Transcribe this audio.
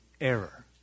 error